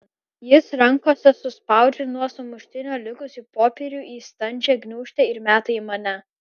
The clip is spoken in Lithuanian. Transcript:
jis rankose suspaudžia nuo sumuštinio likusį popierių į standžią gniūžtę ir meta į mane